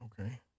Okay